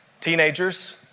teenagers